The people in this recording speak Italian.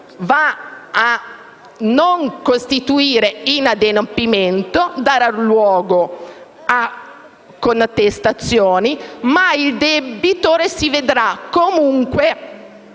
va a non costituire inadempimento darà luogo a contestazioni, ma il debitore sì vedrà comunque